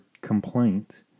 complaint